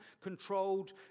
controlled